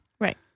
Right